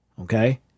Okay